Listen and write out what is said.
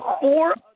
four